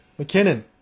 McKinnon